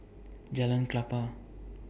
Jalan Klapa